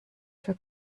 für